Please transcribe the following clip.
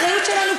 איפה האחריות שלכם?